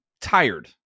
tired